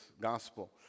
gospel